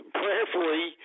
prayerfully